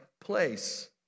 place